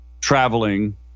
traveling